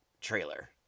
trailer